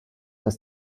das